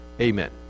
Amen